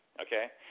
Okay